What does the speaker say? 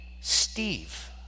Steve